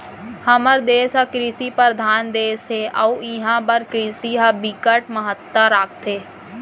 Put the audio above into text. हमर देस ह कृषि परधान देस हे अउ इहां बर कृषि ह बिकट महत्ता राखथे